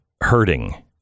hurting